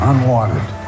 Unwanted